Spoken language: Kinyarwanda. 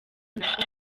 nako